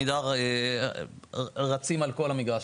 עמידר רצים על כל המגרש,